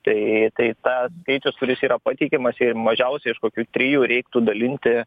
tai tai tas skaičius kuris yra pateikiamas jį mažiausiai iš kokių trijų reiktų dalinti